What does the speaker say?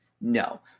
No